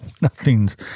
nothing's